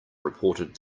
reported